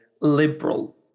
liberal